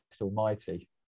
Almighty